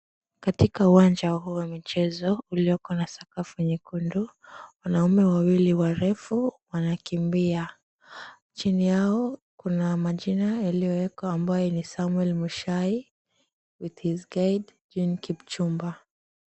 Katika uwanja huu wa mchezo ulio na sakafu nyekundu, wanaume wawili warefu wanakimbia. Chini yao kuna majina yaliyowekwa ambayo ni, Samuel Mushai with his guide Jean Kipchumba.